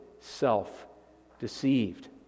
self-deceived